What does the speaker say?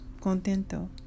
Contento